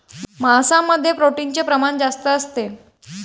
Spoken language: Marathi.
मांसामध्ये प्रोटीनचे प्रमाण जास्त असते